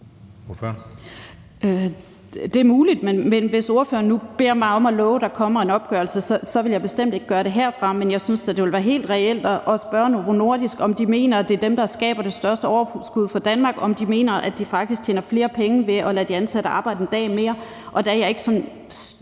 Det er muligt, men hvis ordføreren nu beder mig om at love, at der kommer en opgørelse, vil jeg bestemt ikke gøre det herfra. Men jeg synes da, det vil være helt reelt at spørge Novo Nordisk, om de mener, at det er dem, der skaber det største overskud for Danmark, og om de mener, at de faktisk tjener flere penge ved at lade de ansatte arbejde en dag mere,